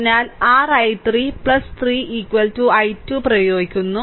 അതിനാൽ r I3 3 I2 പ്രയോഗിക്കുന്നു